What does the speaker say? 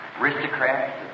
aristocrats